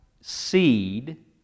seed